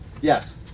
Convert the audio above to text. Yes